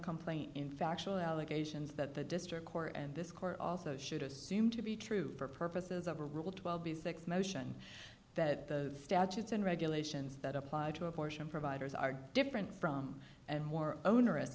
complaint in factual allegations that the district court and this court also should assume to be true for purposes of a rule twelve b six motion that the statutes and regulations that apply to abortion providers are different from and more onerous